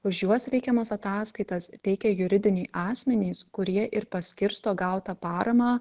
už juos reikiamas ataskaitas teikia juridiniai asmenys kurie ir paskirsto gautą paramą